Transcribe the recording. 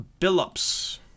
Billups